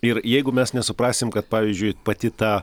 ir jeigu mes nesuprasim kad pavyzdžiui pati ta